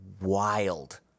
wild